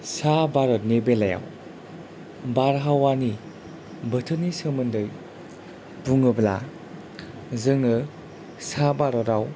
सा भारतनि बेलायाव बारहावानि बोथोरनि सोमोन्दै बुङोब्ला जोङो सा भारताव